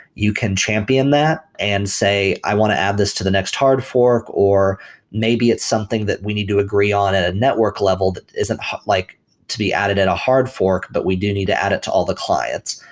you can champion that and say, i want to add this to the next hard fork, or maybe it's something that we need to agree on on a network level that isn't like to be added at a hard forks, but we do need to add it to all the clients.